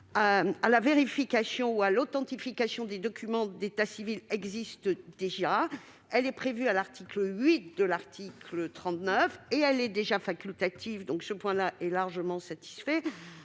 à la vérification ou à l'authentification des documents d'état civil est déjà prévue à l'alinéa 8 de l'article 39 et est déjà facultative. Ce point-là est donc largement satisfait.